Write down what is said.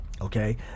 Okay